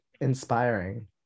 inspiring